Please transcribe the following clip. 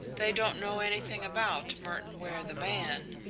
they don't know anything about merton ware the man.